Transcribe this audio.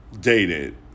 dated